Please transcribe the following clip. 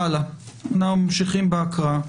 נמשיך בהקראה.